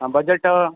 हा बजेट